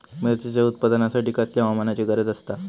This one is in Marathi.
मिरचीच्या उत्पादनासाठी कसल्या हवामानाची गरज आसता?